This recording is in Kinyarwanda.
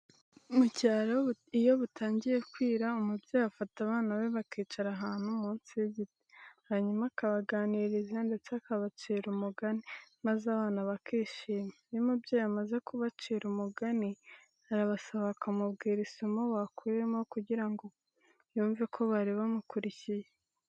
Mu cyaro iyo butangiye kwira umubyeyi afata abana be bakicara ahantu munsi y'igiti hanyuma akabaganiriza ndetse akabacira umugani maze abana bakishima. Iyo umubyeyi amaze kubacira umugani arabasaba bakamubwira isomo bakuyemo kugira ngo yumve ko bari bamukurikiye.